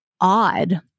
odd